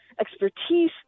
expertise